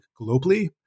globally